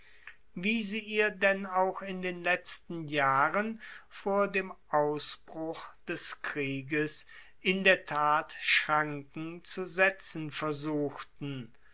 wie sie ihr denn auch in den letzten jahren vor dem ausbruch des krieges in der tat schranken zu setzen versuchten